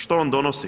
Što on donosi?